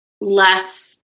less